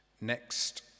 Next